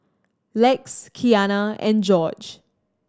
Lex Keanna and Gorge